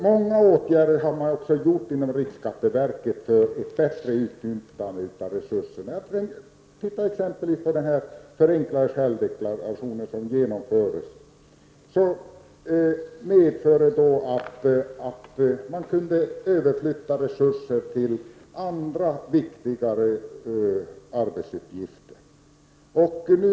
Riksskatteverket har också vidtagit många åtgärder för att bättre utnyttja sina resurser. Ta som exempel den förenklade självdeklarationen, som medfört att man kunnat överflytta resurser till andra, viktigare arbetsuppgifter.